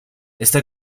está